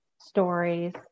stories